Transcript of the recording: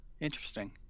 interesting